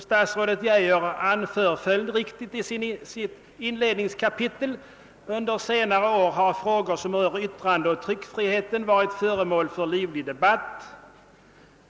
Statsrådet Geijer anför följdriktigt i sitt inledningskapitel: >»Under senare år har frågor som rör yttrandeoch tryckfrihet varit föremål för en livlig offentlig debatt.